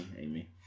Amy